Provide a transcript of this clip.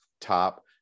top